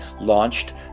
launched